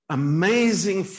amazing